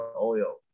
oil